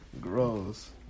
gross